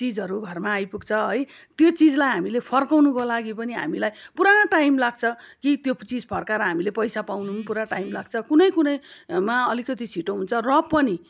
चिजहरू घरमा आइपुग्छ है त्यो चिजलाई हामीले फर्काउनुको लागि पनि हामीलाई पुरा टाइम लाग्छ कि त्यो चिज फर्काएर हामीलाई पैसा पाउनु पनि पुरा टाइम लाग्छ कुनै कुनैमा अलिकति छिट्टो हुन्छ र पनि